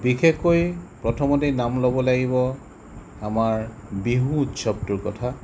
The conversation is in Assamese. বিশেষকৈ প্ৰথমতেই নাম ল'ব লাগিব আমাৰ বিহু উৎসৱটোৰ কথা